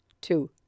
two